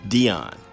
Dion